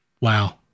wow